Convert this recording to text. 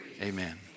Amen